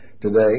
today